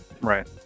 right